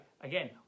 again